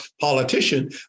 politician